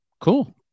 Cool